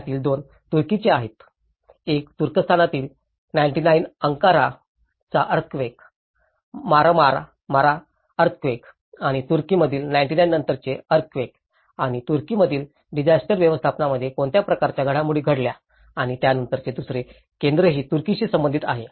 त्यातील दोन तुर्कीचे आहेत एक तुर्कस्तानमधील 99 अंकाराचा अर्थक्वेक मारमारा अर्थक्वेक आणि तुर्कीमधील 99 नंतरचे अर्थक्वेक आणि तुर्कीमधील डिजास्टर व्यवस्थापनामध्ये कोणत्या प्रकारच्या घडामोडी घडल्या आणि त्यानंतरचे दुसरे केंद्रही तुर्की शी संबंधित आहे